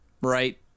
Right